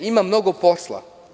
Ima mnogo posla.